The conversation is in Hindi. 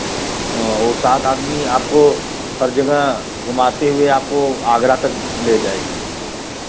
वह सात आदमी आपको हर जगह घुमाते हुए आपको आगरा तक ले जाएगी